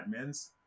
admins